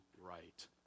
right